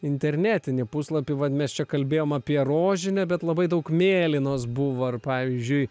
internetinį puslapį vat mes čia kalbėjom apie rožinę bet labai daug mėlynos buvo ar pavyzdžiui